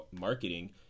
marketing